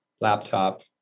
laptop